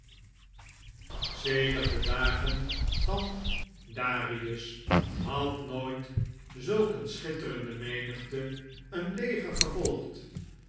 sedert de dagen van darius had nooit zulk een schitterende menigte een leger gevolgd